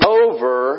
over